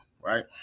right